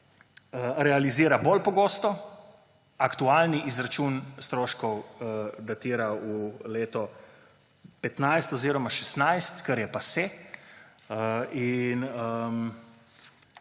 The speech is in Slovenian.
realizira bolj pogosto, aktualni izračun stroškov datira v leto 2015 oziroma 2016, kar je pase.